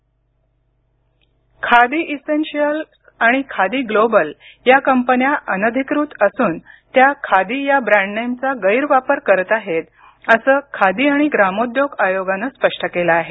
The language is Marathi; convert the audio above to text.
खादी नोटीस खादी इसेन्शिअल्स आणि खादी ग्लोबल या कंपन्या अनधिकृत असून त्या खादी या ब्रॅंडनेमचा गैरवापर करत आहेत असं खादी आणि ग्रामोद्योग आयोगानं स्पष्ट केलं आहे